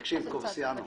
תקשיב, קובסניאנו.